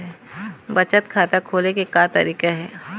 बचत खाता खोले के का तरीका हे?